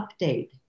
update